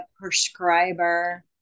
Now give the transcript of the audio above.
prescriber